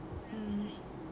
hmm